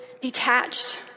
detached